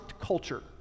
culture